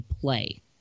play